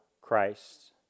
Christ